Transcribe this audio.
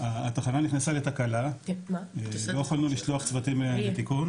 התחנה נכנסה לתקלה, לא יכולנו לשלוח צוותים לתיקון